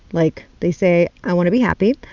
like they say, i want to be happy,